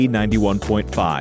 91.5